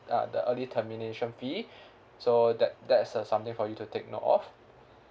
uh the early termination fee so that that's uh something for you to take note of